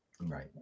right